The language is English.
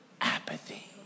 Apathy